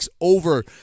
over